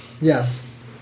Yes